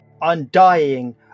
undying